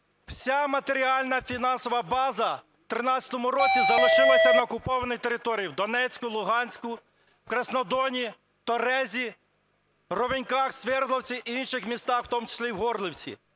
Вся матеріальна фінансова база в 13-му році залишилась на окупованій території в Донецьку, Луганську, Краснодоні, Торезі, Ровеньках, Свердловську й інших містах, у тому числі і в Горлівці.